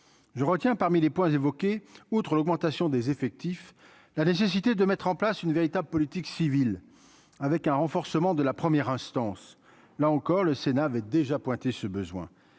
je retiens parmi les points évoqués, outre l'augmentation des effectifs, la nécessité de mettre en place une véritable politique civile avec un renforcement de la première instance, là encore, le Sénat avait déjà pointé ce besoin